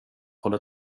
håller